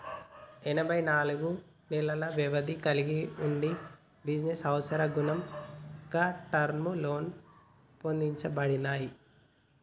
ఎనబై నాలుగు నెలల వ్యవధిని కలిగి వుండి బిజినెస్ అవసరాలకనుగుణంగా టర్మ్ లోన్లు రూపొందించబడినయ్